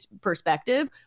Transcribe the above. perspective